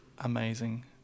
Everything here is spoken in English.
amazing